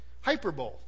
hyperbole